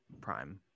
Prime